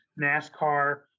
NASCAR